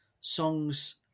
songs